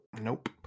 Nope